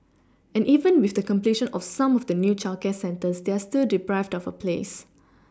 and even with the completion of some of the new childcare centres they are still deprived of a place